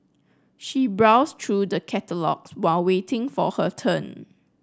she browsed through the catalogues while waiting for her turn